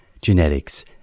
genetics